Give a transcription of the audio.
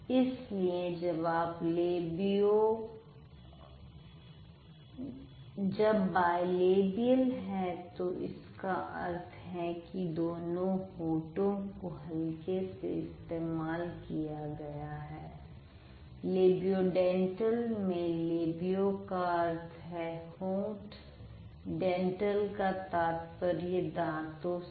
इसलिए जब बायलेब्यल है तो इसका अर्थ है कि दोनों होठों को हल्के से इस्तेमाल किया गया है लेबियोडेन्टल में लेबियो का अर्थ है होंठ डेंटल का तात्पर्य दांतो से